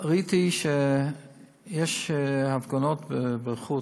ראיתי שיש הפגנות בחוץ.